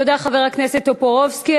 תודה, חבר הכנסת טופורובסקי.